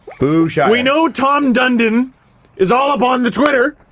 boo-shire. we know tom dundon is all upon the twitter.